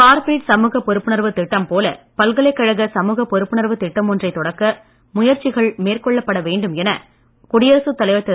corporate சமூக பொறுப்புணர்வு திட்டம் போல பல்கலைக்கழக சமூக பொறுப்புணர்வு திட்டம் ஒன்றை தொடக்க முயற்சிகள் மேற்கொள்ளப்பட வேண்டும் என குடியரசுத் தலைவர் திரு